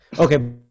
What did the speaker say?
Okay